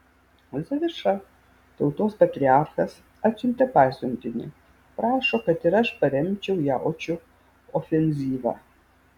zaviša tautos patriarchas atsiuntė pasiuntinį prašo kad ir aš paremčiau jaučių ofenzyvą